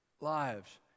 lives